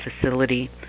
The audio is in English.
facility